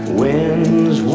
winds